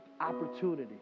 Opportunity